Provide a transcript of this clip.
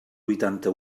huitanta